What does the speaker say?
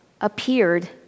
appeared